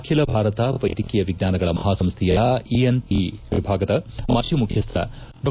ಅಖಿಲ ಭಾರತ ವೈದ್ಯಕೀಯ ವಿಜ್ಞಾನಗಳ ಮಹಾಸಂಸ್ಥೆಯ ಇಎನ್ಟ ವಿಭಾಗದ ಮಾಜಿ ಮುಖ್ಯಸ್ವ ಡಾ